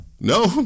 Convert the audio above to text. No